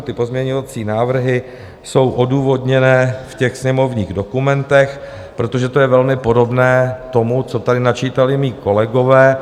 Ty pozměňovací návrhy jsou odůvodněné v těch sněmovních dokumentech, protože to je velmi podobné tomu, co tady načítali mí kolegové.